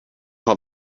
call